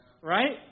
Right